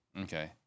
Okay